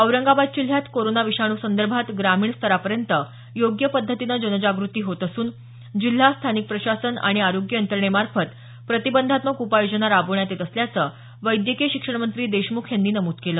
औरंगाबाद जिल्ह्यात कोरोना विषाणूसंदर्भात ग्रामीण स्तरापर्यंत योग्य पद्धतीनं जनजाग़ती होत असून जिल्हा स्थानिक प्रशासन आणि आरोग्य यंत्रणेमार्फत प्रतिबंधात्मक उपाययोजना राबवण्यात येत असल्याचं वैद्यकीय शिक्षण मंत्री देशमुख यांनी नमूद केलं